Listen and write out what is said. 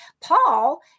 paul